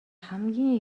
хамгийн